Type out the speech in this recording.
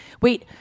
Wait